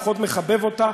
פחות מחבב אותה,